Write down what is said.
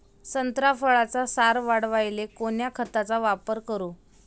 संत्रा फळाचा सार वाढवायले कोन्या खताचा वापर करू?